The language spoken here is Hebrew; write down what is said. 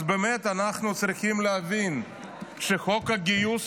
אז באמת, אנחנו צריכים להבין שחוק הגיוס